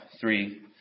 three